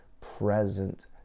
present